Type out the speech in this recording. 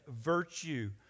virtue